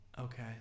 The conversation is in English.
Okay